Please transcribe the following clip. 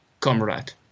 comrade